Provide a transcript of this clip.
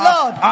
Lord